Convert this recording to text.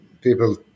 People